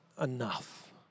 enough